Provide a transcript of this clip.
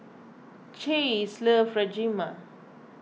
Chase loves Rajma